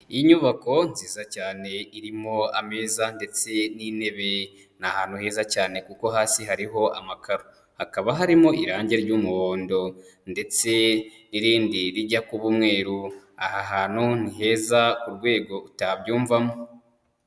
Inyubako nziza cyane irimo ameza ndetse n'intebe, ni ahantu heza cyane kuko hasi hariho amakaro, hakaba harimo irangi ry'umuhondo ndetse n'irindi rijya kuba umweru. Aha hantu ni heza ku rwego utabyumvamo.